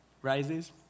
Rises